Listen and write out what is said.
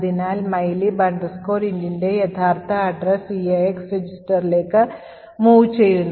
അതിനാൽ mylib intന്റെ ഈ യഥാർത്ഥ വിലാസം EAX registerലേക്ക് move ചെയ്യുന്നു